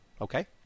Okay